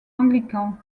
anglicans